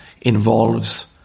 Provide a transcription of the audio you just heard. involves